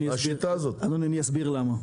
אני אסביר למה.